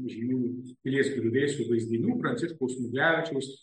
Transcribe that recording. žinių pilies griuvėsių vaizdinių pranciškaus smuglevičiaus